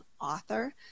author